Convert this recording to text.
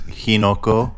hinoko